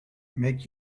make